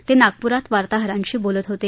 ते नागप्रात वार्ताहरांशी बोलत होते